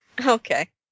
Okay